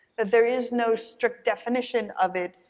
but there is no strict definition of it.